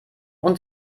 und